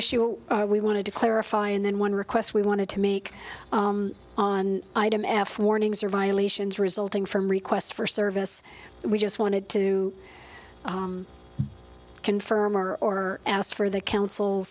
issue we wanted to clarify and then one requests we wanted to make on item f warnings or violations resulting from requests for service we just wanted to confirm or asked for the council